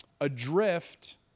adrift